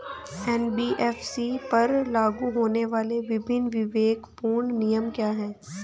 NBFC पर लागू होने वाले विभिन्न विवेकपूर्ण नियम क्या हैं?